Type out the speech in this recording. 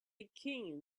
king